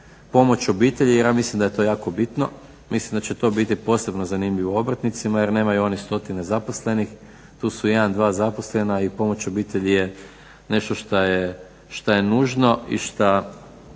pomoć obitelji je nešto što je nužno i na